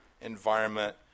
environment